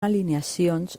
alineacions